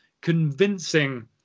convincing